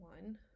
one